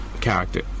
character